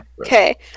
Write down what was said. Okay